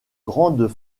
grandes